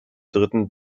dritten